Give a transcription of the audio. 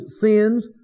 sins